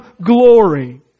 glory